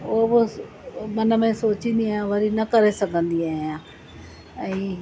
उहो बि मन में सोचींदी आहियां वरी न करे सघंदी आहियां ऐं